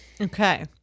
Okay